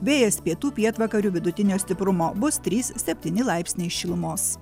vėjas pietų pietvakarių vidutinio stiprumo bus trys septyni laipsniai šilumos